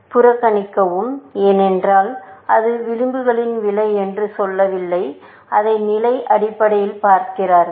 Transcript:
புறக்கணிக்கவும் ஏனென்றால் அது விளிம்புகளின் விலை என்று சொல்லவில்லை அதை நிலை அடிப்படையில் பார்க்கிறது